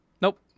Nope